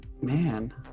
Man